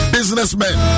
Businessmen